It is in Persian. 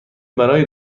برای